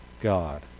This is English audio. God